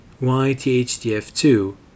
YTHDF2